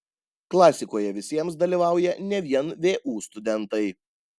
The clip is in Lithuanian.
klasikoje visiems dalyvauja ne vien vu studentai